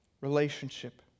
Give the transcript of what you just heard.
relationship